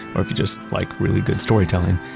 or if you just like really good storytelling,